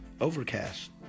Overcast